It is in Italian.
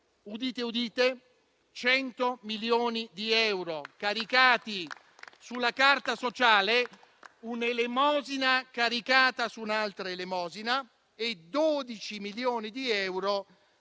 Udite, udite: 100 milioni di euro caricati sulla carta sociale, un'elemosina caricata su un'altra elemosina, e 12 milioni di euro